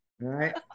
right